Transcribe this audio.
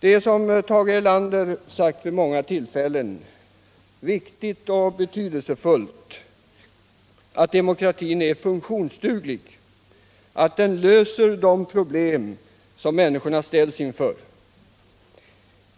Det är, som Tage Erlander sagt vid många tillfällen, betydelsefullt att demokratin är funktionsduglig, att den löser de problem som människorna ställs inför.